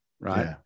right